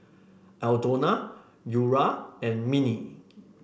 Aldona Eura and Minnie